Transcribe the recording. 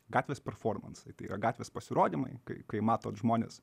gatvės performansai tai yra gatvės pasirodymai kai kai matot žmones